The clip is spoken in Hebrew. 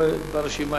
לו ראו./ גנב הפרחים,